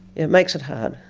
it makes it hard.